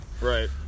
Right